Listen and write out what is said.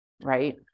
Right